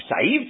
saved